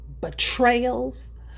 betrayals